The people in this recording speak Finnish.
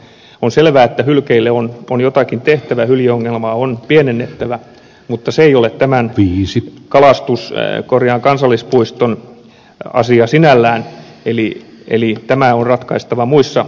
on selvää että hylkeille on jotakin tehtävä hyljeongelmaa on pienennettävä mutta se ei ole tämän kansallispuiston asia sinällään eli tämä on ratkaistava muissa yhteyksissä